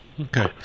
Okay